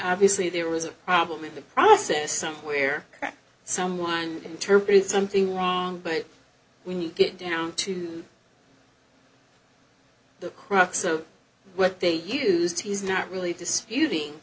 obviously there was a problem in the process somewhere or someone interpreted something wrong but when you get down to the crux of what they used he's not really